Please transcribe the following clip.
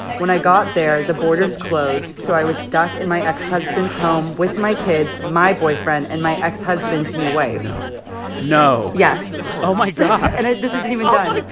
when i got there, the borders closed, so i was stuck in my ex-husband's home with my kids, my boyfriend and my ex-husband's new wife no, no yes oh, my god and this isn't even done oh,